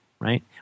right